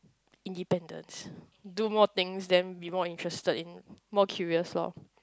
independence do more things then be more interested in more curious lor